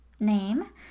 name